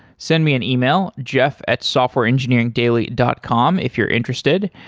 send me an email, jeff at softwareengineeringdaily dot com if you're interested.